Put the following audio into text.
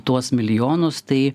tuos milijonus tai